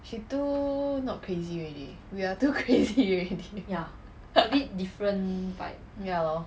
she too not crazy already we are too crazy already ya lor